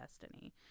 Destiny